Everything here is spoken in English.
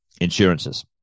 insurances